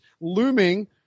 looming